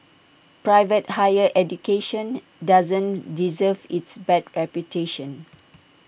private higher education doesn't deserve its bad reputation